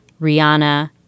Rihanna